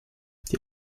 die